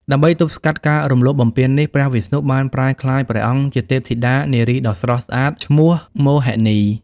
ដើម្បីទប់ស្កាត់ការរំលោភបំពាននេះ ព្រះវិស្ណុបានប្រែក្លាយព្រះអង្គជាទេពធីតានារីដ៏ស្រស់ស្អាតឈ្មោះ មោហិនី។